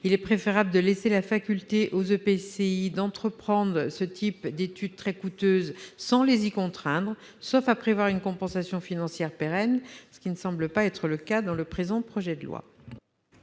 Il est préférable de laisser la faculté aux EPCI d'entreprendre ce type d'études très coûteuses sans les y contraindre, sauf à prévoir une compensation financière pérenne, ce qui ne semble pas être le cas dans le projet de loi.